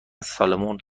سالمون